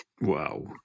wow